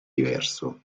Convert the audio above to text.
diverso